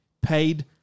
paid